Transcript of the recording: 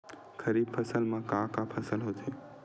खरीफ फसल मा का का फसल होथे?